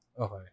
Okay